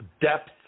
depth